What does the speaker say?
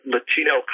Latino